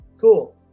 cool